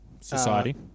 Society